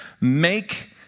make